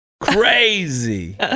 Crazy